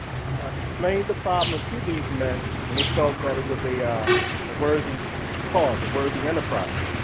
explained the problem to these men, and they felt that it was a a worthy cause, a worthy enterprise.